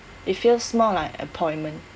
it feels more like appointment